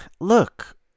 look